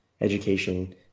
education